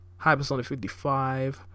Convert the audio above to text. hypersonic55